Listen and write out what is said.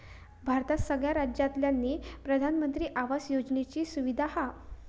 भारतात सगळ्या राज्यांतल्यानी प्रधानमंत्री आवास योजनेची सुविधा हा